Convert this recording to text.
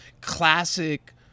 classic